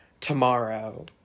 tomorrow